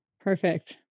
Perfect